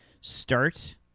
start